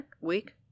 week